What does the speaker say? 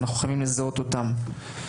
חייבים לזהות אותן.